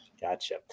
Gotcha